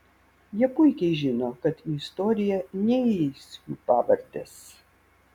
jie puikiai žino kad į istoriją neįeis jų pavardės